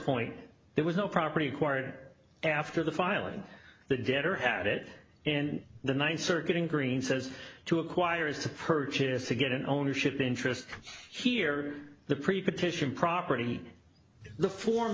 point there was no property acquired after the filing the debtor had it and the th circuit in greene says to acquire is to purchase to get an ownership interest here the precondition property the form